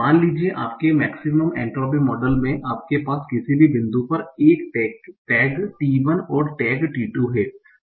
मान लीजिए आपके मेक्सिमम एंट्रोपी मॉडल में आपके पास किसी भी बिंदु पर एक टैग t 1 और टैग t 2 है